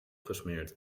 gesmeerd